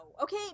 okay